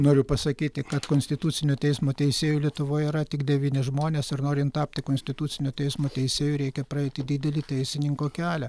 noriu pasakyti kad konstitucinio teismo teisėjų lietuvoje yra tik devyni žmonės ir norint tapti konstitucinio teismo teisėju reikia praeiti didelį teisininko kelią